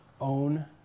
own